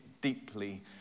deeply